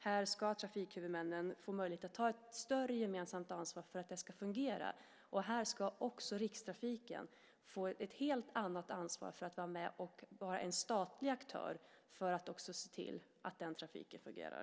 Här ska trafikhuvudmännen få möjlighet att ta ett större gemensamt ansvar för att detta ska fungera. Här ska också Rikstrafiken få ett helt annat ansvar som statlig aktör att se till att den trafiken fungerar.